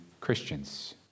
Christians